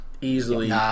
Easily